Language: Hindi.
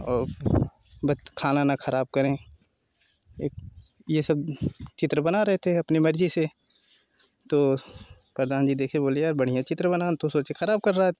और खाना न खराब करें एक ये सब चित्र बना रहे थे अपने मर्जी से तो प्रधान जी देखे बोले यार बढ़िया चित्र बना तो सोचे खराब कर रहा